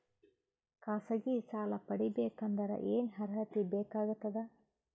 ಖಾಸಗಿ ಸಾಲ ಪಡಿಬೇಕಂದರ ಏನ್ ಅರ್ಹತಿ ಬೇಕಾಗತದ?